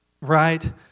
right